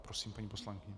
Prosím, paní poslankyně.